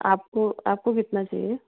आपको आपको कितना चाहिए